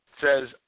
says